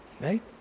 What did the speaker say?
Right